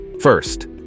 First